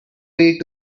way